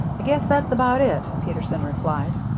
i guess that's about it, peterson replied.